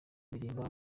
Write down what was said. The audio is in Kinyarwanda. ndirimba